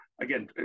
again